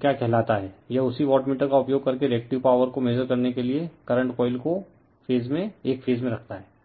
क्या कहता है यह उसी वाटमीटर का उपयोग करके रिएक्टिव पॉवर को मेजर करने के लिए करंट कॉइल को एक फेज में रखता है